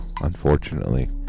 unfortunately